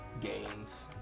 gains